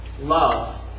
love